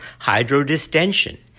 hydrodistension